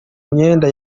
myenda